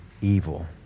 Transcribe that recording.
evil